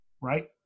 right